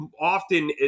often